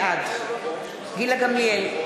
בעד גילה גמליאל,